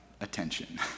attention